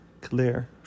clear